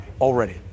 already